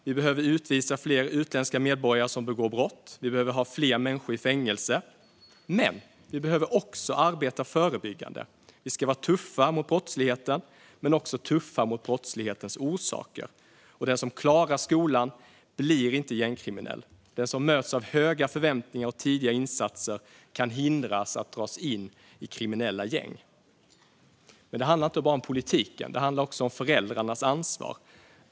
Vi behöver utvisa fler utländska medborgare som begår brott. Vi behöver ha fler människor i fängelse. Men vi behöver också arbeta förebyggande. Vi ska vara tuffa mot brottsligheten, men också tuffa mot brottslighetens orsaker. Den som klarar skolan blir inte gängkriminell. Den som möts av höga förväntningar och tidiga insatser kan hindras att dras in i kriminella gäng. Men det handlar inte bara om politiken. Det handlar också om föräldrarnas ansvar.